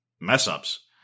mess-ups